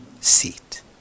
seat